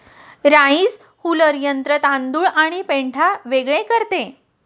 rice huller यंत्र तांदूळ आणि पेंढा वेगळे करते